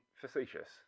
facetious